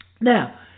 Now